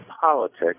politics